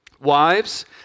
Wives